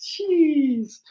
Jeez